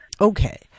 Okay